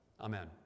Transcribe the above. Amen